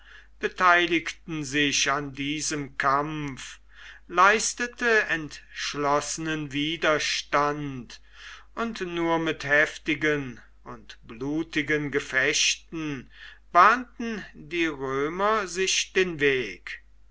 beteiligten sich an diesem kampf leistete entschlossenen widerstand und nur mit heftigen und blutigen gefechten bahnten die römer sich den weg